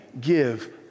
give